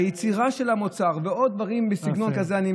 היצירה של המוצר ועוד דברים בסגנון כזה, נא לסיים.